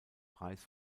preis